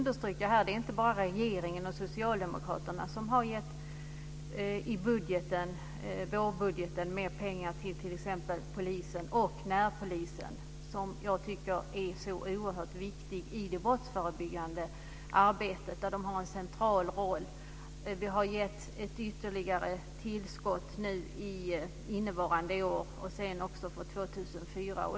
Det är inte bara regeringen och Socialdemokraterna som i vårbudgeten föreslår mer pengar exempelvis till polisen och närpolisen, som jag tycker är oerhört viktiga i det brottsförebyggande arbetet. De har en central roll. Vi har gett ytterligare ett tillskott innevarande år och också för 2004.